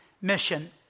mission